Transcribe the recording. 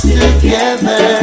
together